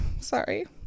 sorry